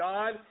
God